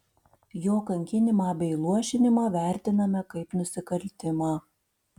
jo kankinimą bei luošinimą vertiname kaip nusikaltimą